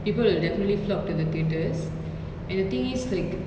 is so huge in india and I think like they also don't want to take the risk lah